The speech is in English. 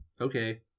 okay